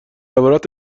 عبارت